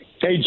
Hey